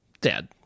dad